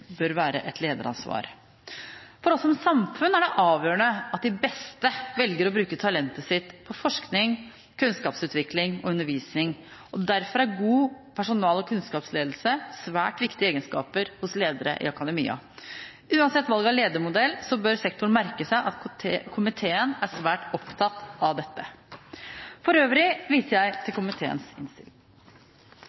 bør være et lederansvar. For oss som samfunn er det avgjørende at de beste velger å bruke talentet sitt på forskning, kunnskapsutvikling og undervisning. Derfor er god personal- og kunnskapsledelse svært viktige egenskaper hos ledere i akademia. Uansett valg av ledermodell bør sektoren merke seg at komiteen er svært opptatt av dette. For øvrig viser jeg til